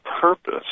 purpose